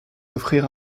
offrir